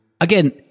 Again